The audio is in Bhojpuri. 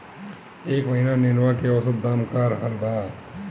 एह महीना नेनुआ के औसत दाम का रहल बा?